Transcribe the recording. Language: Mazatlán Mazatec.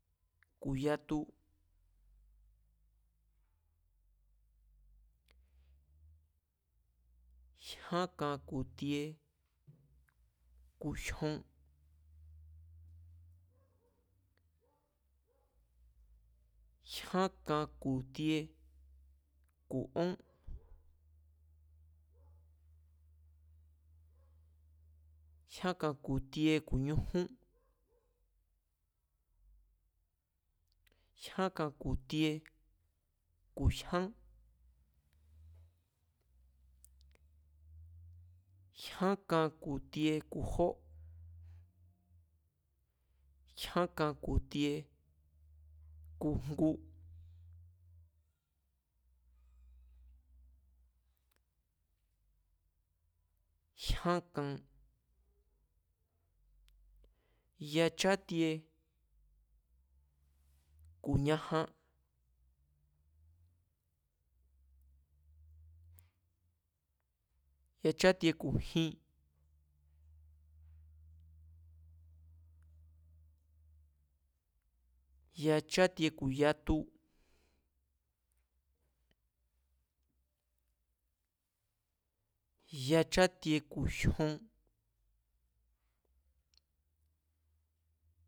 Ku̱ yatu, jyán kan ku̱ ti̱e̱ ku̱ jyon, jyán kan ku̱ ti̱e̱ ku̱ ón, jyán kan ku̱ ti̱e̱ ku̱ ñujún, jyán kan ku̱ ti̱e̱ ku̱ jyán, jyán kan ku̱ tie ku̱ jó, jyán kan ku̱ tie ku̱ jngu, jyán kan, yachátie ku̱ ñajan, yachátie ku̱ jin, yachátie ku̱ yatu, yachátie ku̱ jyon